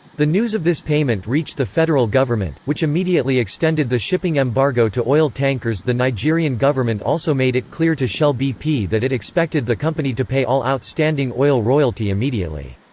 the news of this payment reached the federal government, which immediately extended the shipping embargo to oil tankers the nigerian government also made it clear to shell-bp that it expected the company to pay all outstanding oil royalty immediately.